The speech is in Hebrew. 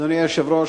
אדוני היושב-ראש,